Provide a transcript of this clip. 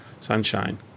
Sunshine